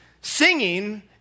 singing